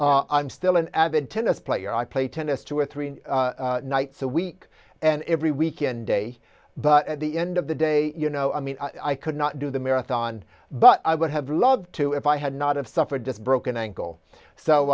marathon i'm still an avid tennis player i play tennis two or three nights a week and every weekend day but at the end of the day you know i mean i could not do the marathon but i would have loved to if i had not have suffered this broken ankle so